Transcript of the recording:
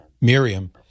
Miriam